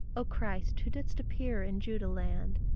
o christ, who didst appear in judah land,